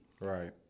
Right